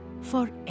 forever